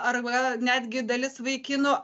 arba netgi dalis vaikinų